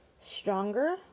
stronger